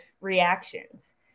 reactions